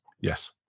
Yes